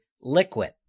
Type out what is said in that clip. liquid